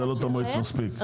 זה לא תמריץ מספיק.